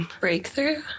Breakthrough